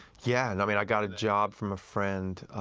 yeah, and i mean, i got a job from a friend